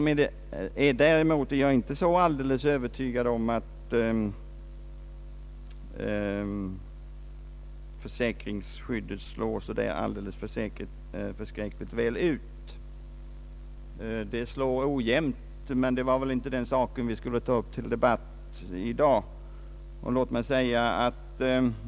Men däremot är jag inte alldeles övertygad om att försäkringsskyddet slår alldeles perfekt och rättvist. Det slår ofta ojämnt, men det var inte den saken vi skulle ta upp till debatt i dag.